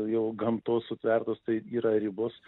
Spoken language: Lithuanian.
jau gamtos sutverta tai yra ribos